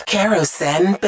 Kerosene